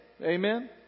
Amen